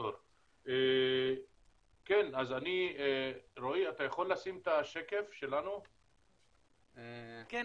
תציג